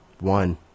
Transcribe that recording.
One